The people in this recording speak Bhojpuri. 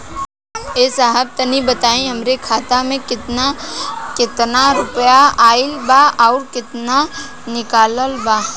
ए साहब तनि बताई हमरे खाता मे कितना केतना रुपया आईल बा अउर कितना निकलल बा?